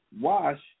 wash